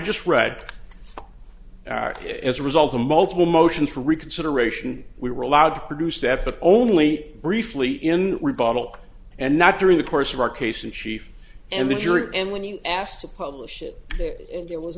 just read if as a result a multiple motion for reconsideration we were allowed to produce step but only briefly in rebuttal and not during the course of our case in chief and the jury and when you asked to publish it and there was